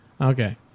Okay